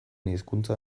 hizkuntza